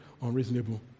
unreasonable